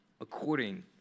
according